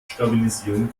stabilisieren